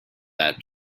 that